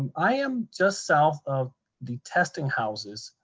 i am just south of the testing houses,